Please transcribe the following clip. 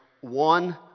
one